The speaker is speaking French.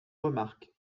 remarque